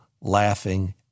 laughing